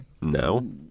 No